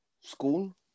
school